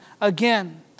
again